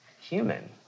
human